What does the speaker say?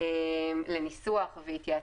לניסוח והתייעצות.